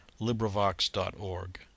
LibriVox.org